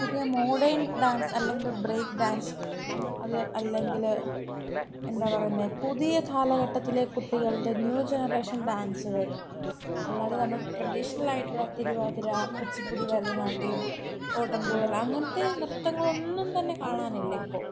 പുതിയ modern dance അല്ലെങ്കിൽ break dance അത് അല്ലെങ്കില് എന്താ പറയുന്നേ പുതിയ കാലഘട്ടത്തിലെ കുട്ടികളുടെ ന്യൂ ജനറേഷൻ ഡാൻസുകൾ അല്ലാതെ നമ്മൾ ട്രഡീഷ്ണലായിട്ടുള്ള തിരുവാതിര കുച്ചിപ്പുടി ഭരതനാട്യം ഓട്ടന്തുള്ളൽ അങ്ങനത്തെ നൃത്തങ്ങളൊന്നും തന്നെ കാണാനില്ലിപ്പോള്